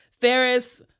Ferris